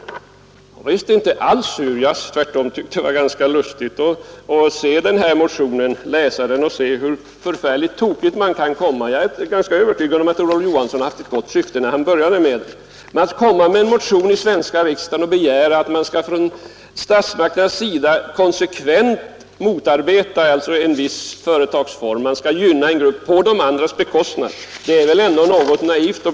Jag är visst inte sur. Tvärtom tyckte jag att det var ganska lustigt att läsa herr Johanssons motion och se hur förfärligt tokigt det kan bli. Jag är övertygad om att herr Johansson har haft ett gott syfte, men att komma med en motion i Sveriges riksdag och begära att statsmakterna skall konsekvent motarbeta en viss företagsform och gynna en annan på de övrigas bekostnad är väl ändå ganska naivt.